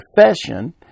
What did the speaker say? profession